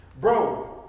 bro